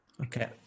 Okay